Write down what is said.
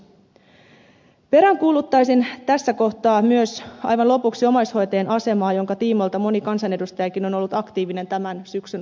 peräänkuuluttaisin tässä kohtaa myös aivan lopuksi omaishoitajien asemaa jonka tiimoilta moni kansanedustajakin on ollut aktiivinen tämän syksyn aikana